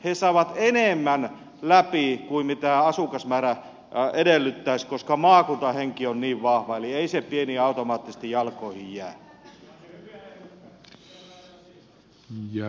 he saavat enemmän edustajia läpi kuin asukasmäärä edellyttäisi koska maakuntahenki on niin vahva eli ei se pieni automaattisesti jalkoihin jää